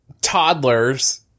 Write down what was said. toddlers